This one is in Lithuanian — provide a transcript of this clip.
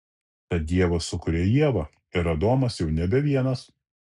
tad dievas sukuria ievą ir adomas jau nebe vienas